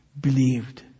believed